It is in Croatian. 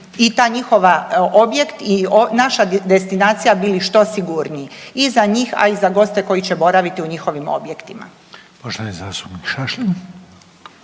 i taj njihov objekt i naša destinacija bili što sigurniji i za njih a i za goste koji će boraviti u njihovim objektima.